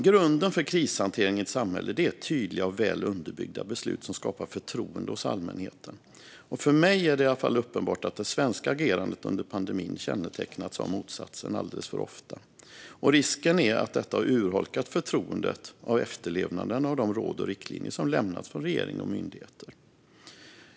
Grunden för krishantering i ett samhälle är tydliga och väl underbyggda beslut som skapar förtroende hos allmänheten. För mig är det uppenbart att det svenska agerandet under pandemin kännetecknats av motsatsen alldeles för ofta. Risken är att detta har urholkat förtroendet och efterlevnaden av de råd och riktlinjer som lämnats från regering och myndigheter.